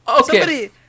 Okay